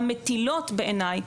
המטילות בעיניי,